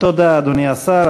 תודה, אדוני השר.